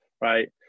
right